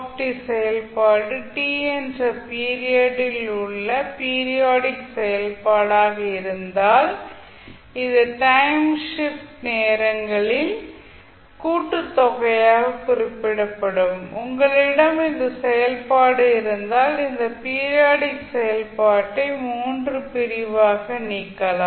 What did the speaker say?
f செயல்பாடு t என்ற period உள்ள ஒரு பீரியாடிக் செயல்பாடாக இருந்தால் இது டைம் ஷிப்டெட் நேரங்களின் கூட்டுத்தொகையாக குறிப்பிடப்படும் உங்களிடம் இந்த செயல்பாடு இருந்தால் இந்த பீரியாடிக் செயல்பாட்டை மூன்று பகுதிகளாக பிரிக்கலாம்